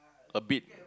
a bit